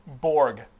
Borg